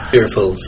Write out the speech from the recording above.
Fearful